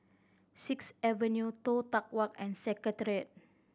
Sixth Avenue Toh Tuck Walk and Secretariat